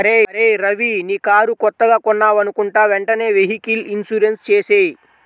అరేయ్ రవీ నీ కారు కొత్తగా కొన్నావనుకుంటా వెంటనే వెహికల్ ఇన్సూరెన్సు చేసేయ్